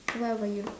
what about you